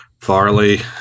Farley